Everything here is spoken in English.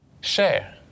Share